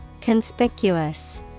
Conspicuous